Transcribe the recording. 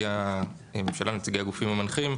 שנציגי הממשלה, נציגי הגופים המנחים,